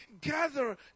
gather